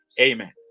Amen